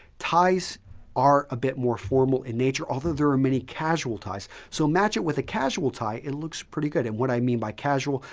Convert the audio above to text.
ties are a bit more formal in nature, although there are many casual ties. so match it with a casual tie, it looks pretty good. and what do i mean by casual?